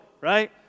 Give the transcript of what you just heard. right